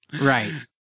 Right